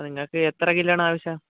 നിങ്ങൾക്ക് എത്ര കിലോയാണ് ആവശ്യം